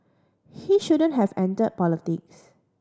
he shouldn't have entered politics